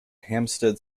hampstead